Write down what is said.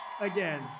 again